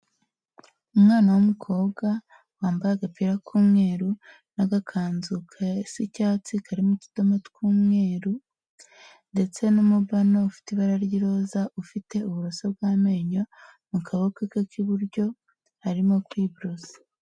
Umwana w'umukobwa wambaye agapira k'umweru n'agakanzu gasa icyatsi karimo utudoma tw'umweru, ndetse n'umubano ufite ibara ry'iroza, ufite uburoso bw'amenyo mu kaboko k'iburyo, arimo kw'iborosa.